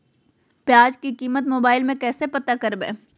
प्याज की कीमत मोबाइल में कैसे पता करबै?